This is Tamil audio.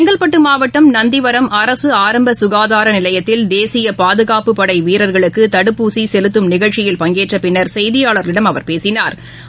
செங்கல்பட்டுமாவட்டம் நந்திவரம் அரசுஆரம்பு சுகாதாரநிலையத்தில் தேசியபாதுகாப்புப்படைவீரா்களுக்குதடுப்பூசிசெலுத்தும் நிகழ்ச்சியில் பங்கேற்றபின்னா் செய்தியாளர்களிடம் அவா் பேசினாா்